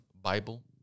bible